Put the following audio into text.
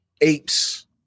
apes